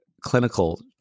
clinical